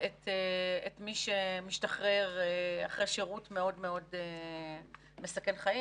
את מי שמשתחרר אחרי שירות מסכן חיים,